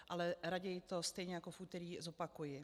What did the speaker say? Ale raději to stejně jako v úterý zopakuji.